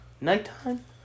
Nighttime